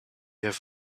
have